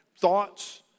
thoughts